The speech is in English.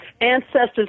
ancestors